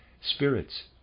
Spirits